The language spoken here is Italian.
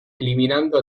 eliminando